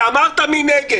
אתה אמרת "מי נגד?".